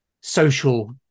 social